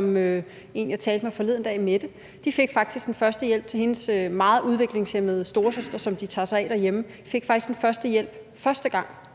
med en, jeg talte med forleden dag, Mette. De fik faktisk hjælp første gang til hendes meget udviklingshæmmede storesøster, som de tager sig af derhjemme, men så havde de kommunalt ansatte lige